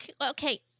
Okay